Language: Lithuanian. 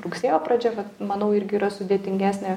rugsėjo pradžia vat manau irgi yra sudėtingesnė